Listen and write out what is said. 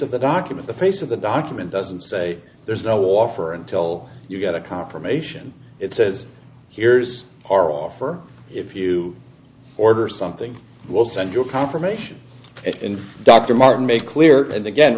of the document the face of the document doesn't say there's no offer until you get a confirmation it says here's our offer if you order something we'll send you a confirmation in dr martin make clear and again